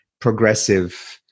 progressive –